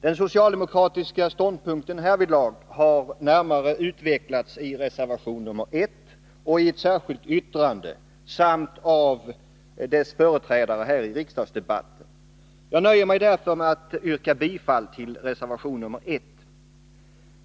Den socialdemokratiska ståndpunkten härvidlag har närmare utvecklats i reservation nr 1 och i ett särskilt yttrande samt av företrädarna här i riksdagsdebatten. Jag nöjer mig därför med att yrka bifall till reservation nr 1.